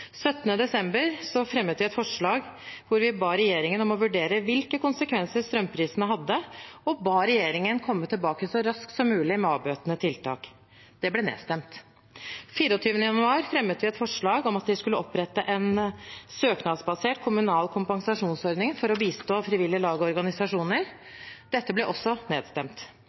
fremmet vi et forslag hvor vi ba regjeringen om å vurdere hvilke konsekvenser strømprisene hadde, og komme tilbake så raskt som mulig med avbøtende tiltak. Det ble nedstemt. Den 24. januar fremmet vi et forslag om at det skulle opprettes en søknadsbasert kommunal kompensasjonsordning for å bistå frivillige lag og organisasjoner. Dette ble også nedstemt.